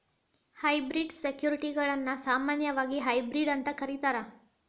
hybrid ಸೆಕ್ಯುರಿಟಿಗಳನ್ನ ಸಾಮಾನ್ಯವಾಗಿ hybrid ಅಂತ ಕರೇತಾರ